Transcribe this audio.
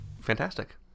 fantastic